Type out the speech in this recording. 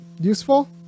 useful